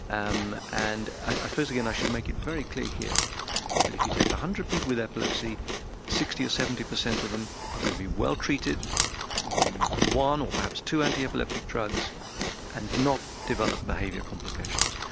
um and i suppose again i should make it very clear here that if you take one hundred people with epilepsy sixty or seventy per cent of them are going to be well treated on one or perhaps two anti-epileptic drugs and not develop behaviour complications.